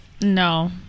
No